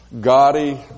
gaudy